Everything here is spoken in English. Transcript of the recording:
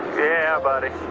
yeah, buddy.